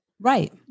Right